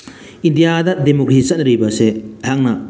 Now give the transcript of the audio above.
ꯏꯟꯗꯤꯌꯥꯗ ꯗꯦꯃꯣꯀ꯭ꯔꯦꯁꯤ ꯆꯠꯅꯔꯤꯕ ꯑꯁꯦ ꯑꯩꯍꯥꯛꯅ